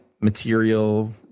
material